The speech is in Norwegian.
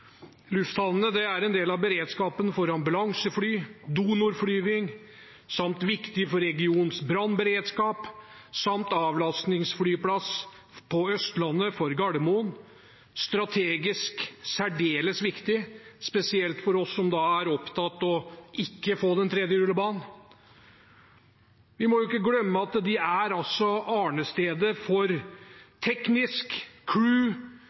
Lufthavnene er en del av beredskapen for ambulansefly og donorflyging samt viktig for regionenes brannberedskap. Torp er avlastingsflyplass på Østlandet for Gardermoen og er strategisk særdeles viktig, spesielt for oss som er opptatt av ikke å få den tredje rullebanen. Vi må ikke glemme at de er